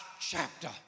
chapter